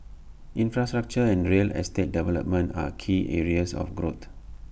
infrastructure and real estate development are key areas of growth